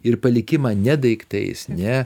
ir palikimą ne daiktais ne